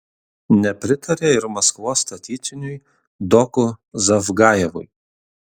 nepritarė ir maskvos statytiniui doku zavgajevui